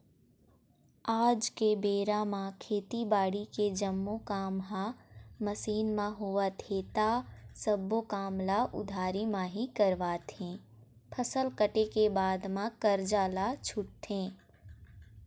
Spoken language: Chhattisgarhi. आज के बेरा म खेती बाड़ी के जम्मो काम ह मसीन म होवत हे ता सब्बो काम ल उधारी म ही करवाथे, फसल कटे के बाद म करजा ल छूटथे